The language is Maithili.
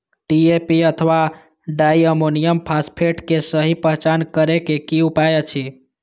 डी.ए.पी अथवा डाई अमोनियम फॉसफेट के सहि पहचान करे के कि उपाय अछि?